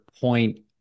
point